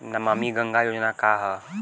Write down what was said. नमामि गंगा योजना का ह?